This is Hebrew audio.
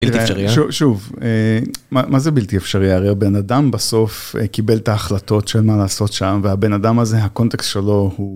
שוב, מה זה בלתי אפשרי? הרי הבן אדם בסוף קיבל את ההחלטות של מה לעשות שם, והבן אדם הזה הקונטקסט שלו הוא...